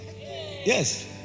Yes